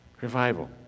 Revival